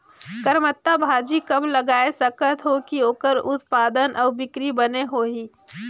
करमत्ता भाजी कब लगाय सकत हो कि ओकर उत्पादन अउ बिक्री बने होही?